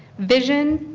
vision,